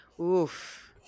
oof